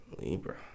Libra